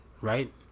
right